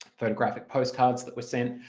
photographic postcards that were sent.